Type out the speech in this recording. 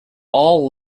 all